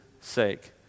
sake